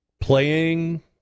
playing